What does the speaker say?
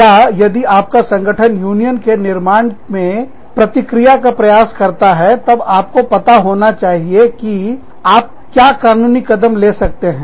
या यदि आपका संगठन यूनियन के निर्माण में प्रतिक्रिया का प्रयास करता है तब आपको पता होना चाहिए कि आप क्या कानूनी कदम ले सकते हैं